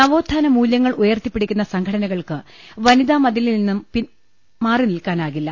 നവോത്ഥാന മൂല്യങ്ങൾ ഉയർത്തിപ്പിടിക്കുന്ന സംഘടനകൾക്ക് വനിതാ മതിലിൽ നിന്നും കാണിക്കാ നിൽക്കാനാകില്ല